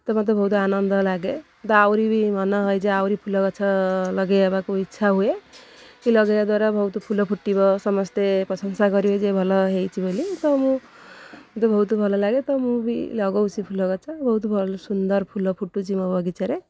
ତ ମୋତେ ବହୁତ ଆନନ୍ଦ ଲାଗେ ତ ଆହୁରି ବି ମନ ହୁଏ ଯେ ଆହୁରି ଫୁଲ ଗଛ ଲଗାଇବାକୁ ଇଚ୍ଛା ହୁଏ କି ଲଗାଇବା ଦ୍ୱାରା ବହୁତ ଫୁଲ ଫୁଟିବ ସମସ୍ତେ ପ୍ରଶଂସା କରିବେ ଯେ ଭଲ ହୋଇଛି ବୋଲି ତ ମୁଁ ତ ବହୁତ ଭଲ ଲାଗେ ତ ମୁଁ ବି ଲଗାଉଛି ଫୁଲ ଗଛ ବହୁତ ଭଲ ସୁନ୍ଦର ଫୁଲ ଫୁଟୁଛି ମୋ ବଗିଚାରେ